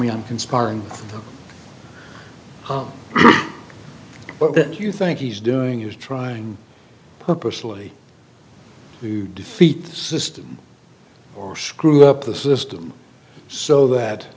i'm conspiring but that you think he's doing is trying purposely defeat the system or screw up the system so that